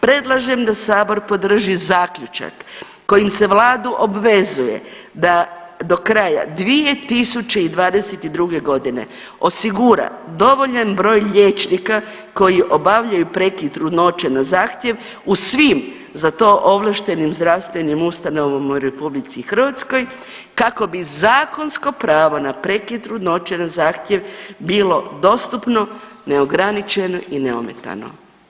Predlažem da sabor podrži zaključak kojim se vladu obvezuje da do kraja 2022. godine osigura dovoljan broj liječnika koji obavljaju prekid trudnoće na zahtjev u svim za to ovlaštenim zdravstvenim ustanovama u RH kako bi zakonsko pravo na prekid trudnoće na zahtjev bilo dostupno, neograničeno i neometano.